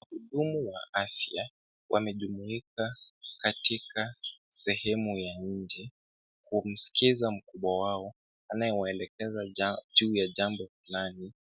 Wahudumu wa afya, wamejumuika katika sehemu ya nje kumsikiza mkubwa wao anayewaelekeza juu ya jambo fulani